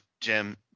Jim